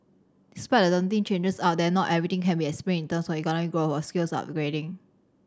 despite the daunting changes out there not everything can be explained in terms of economic growth or skills upgrading